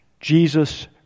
Jesus